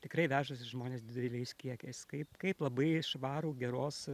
tikrai vežasi žmones dideliais kiekiais kaip kaip labai švarų geros